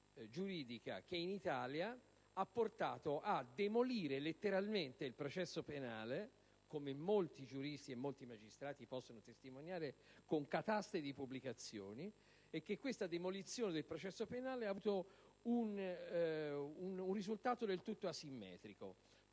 giuridica che in Italia ha portato letteralmente a demolire il processo penale, come molti giuristi e molti magistrati possono testimoniare con cataste di pubblicazioni. Questa demolizione del processo penale ha avuto un risultato del tutto asimmetrico: